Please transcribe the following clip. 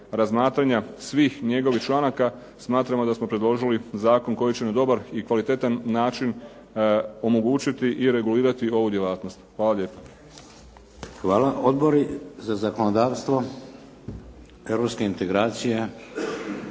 razmatranja svih njegovih članaka, smatramo da smo predložili zakon koji će na dobar i kvalitetan način omogućiti i regulirati ovu djelatnost. Hvala lijepa. **Šeks, Vladimir (HDZ)** Hvala. Odbori za zakonodavstvo? Europske integracije?